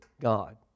God